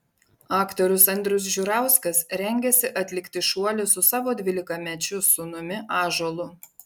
aktorius andrius žiurauskas rengiasi atlikti šuolį su savo dvylikamečiu sūnumi ąžuolu